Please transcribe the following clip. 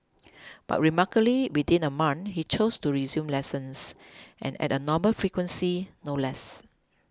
but remarkably within a month he chose to resume lessons and at a normal frequency no less